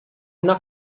una